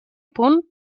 punt